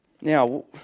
Now